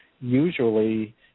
Usually